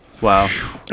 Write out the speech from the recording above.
Wow